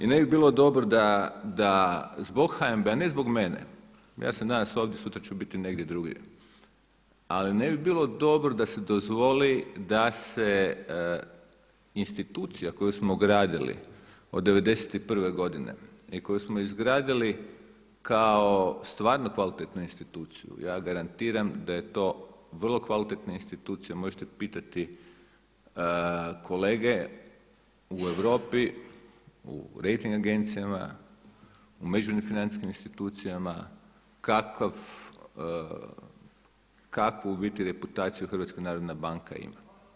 I ne bi bilo dobro da zbog HNB-a, ne zbog mene, ja sam danas ovdje, sutra ću biti negdje drugdje, ali ne bi bilo dobro da se dozvoli da se institucija koju smo gradili od '91. godine i koju smo izgradili kao stvarno kvalitetnu instituciju, ja garantiram da je to vrlo kvalitetna institucija, možete pitati kolege u Europi u rejting agencijama u međunarodnim financijskim institucijama kakvu u biti reputaciju HNB ima.